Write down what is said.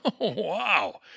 Wow